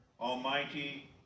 Almighty